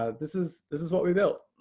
ah this is this is what we built.